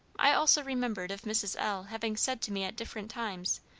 i also remembered of mrs. l. having said to me at different times,